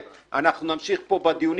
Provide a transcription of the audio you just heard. אני פותח את ישיבת ועדת הכלכלה.